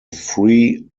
free